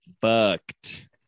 fucked